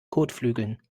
kotflügeln